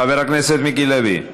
חבר הכנסת מיקי לוי?